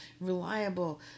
reliable